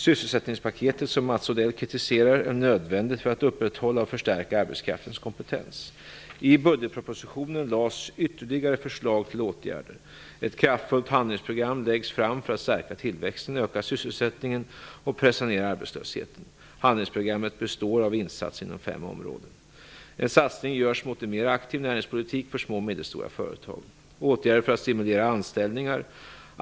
Sysselsättningspaketet, som Mats Odell kritiserar, är nödvändigt för att upprätthålla och förstärka arbetskraftens kompetens. I budgetpropositionen lades ytterligare förslag till åtgärder. Ett kraftfullt handlingsprogram läggs fram för att stärka tillväxten, öka sysselsättningen och pressa ned arbetslösheten. Handlingsprogrammet består av insatser inom fem områden. - En satsning görs mot en mer aktiv näringspolitik för små och medelstora företag. - Åtgärder vidtas för att stimulera anställlningar.